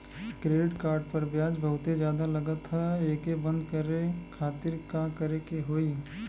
Credit card पर ब्याज बहुते ज्यादा लगत ह एके बंद करे खातिर का करे के होई?